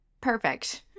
Perfect